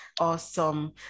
Awesome